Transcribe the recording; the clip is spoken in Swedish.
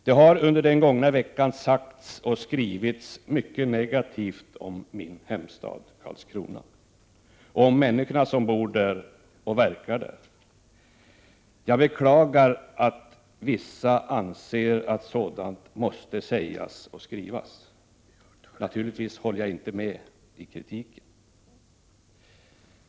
Det har under den gångna veckan sagts och skrivits mycket negativt om 15 min hemstad Karlskrona och om människorna som bor och verkar där. Jag beklagar att vissa anser att sådant måste sägas och skrivas. Naturligtvis håller jaginte med om kritiken.